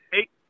eight